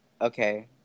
okay